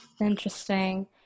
Interesting